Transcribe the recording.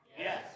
Yes